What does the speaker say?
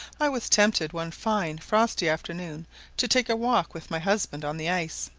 i was tempted one fine frosty afternoon to take a walk with my husband on the ice,